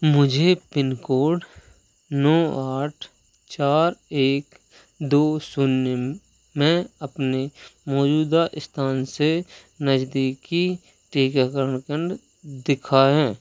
मुझे पिनकोड नौ आठ चार एक दो शून्य में अपने मौजूदा स्थान से नजदीकी टीकाकरण केंद्र दिखाएँ